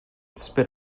spit